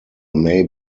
may